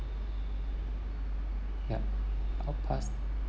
yup I will pass